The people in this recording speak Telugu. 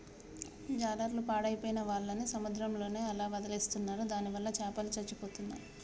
జాలర్లు పాడైపోయిన వాళ్ళని సముద్రంలోనే అలా వదిలేస్తున్నారు దానివల్ల చాపలు చచ్చిపోతున్నాయి